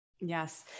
Yes